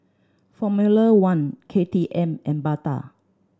Formula One K T M and Bata